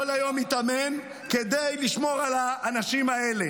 כל היום התאמן כדי לשמור את האנשים האלה.